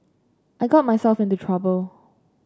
I got myself into trouble